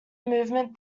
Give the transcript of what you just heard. movement